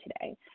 today